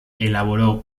elaboró